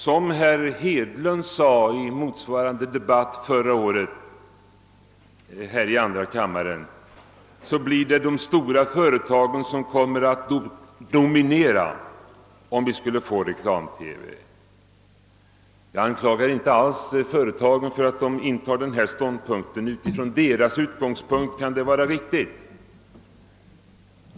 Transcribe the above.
Som herr Hedlund sade förra året här i andra kammaren skulle de stora företagen komma att dominera, om vi finge en reklamfinansierad TV. Jag anklagar inte företagen för att de intar denna ståndpunkt. Utifrån deras utgångspunkter kan det vara riktigt.